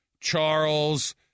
Charles –